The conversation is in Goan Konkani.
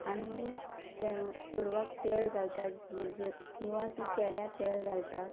आमी चे चेडवाक तेल घालता जें किंवां तीं चेड्याक तेल घालता